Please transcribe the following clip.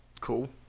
Cool